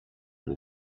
will